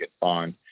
bond